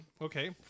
Okay